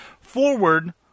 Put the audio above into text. forward